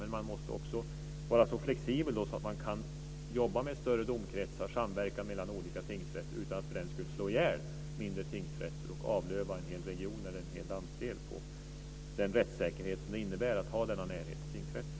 Men man måste också vara så flexibel att man kan jobba med större domkretsar och samverka mellan olika tingsrätter utan att för den skull slå ihjäl mindre tingsrätter och avlöva en hel region eller en hel landsdel på den rättssäkerhet som det innebär att ha denna närhet till tingsrätterna.